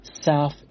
self